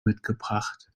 mitgebracht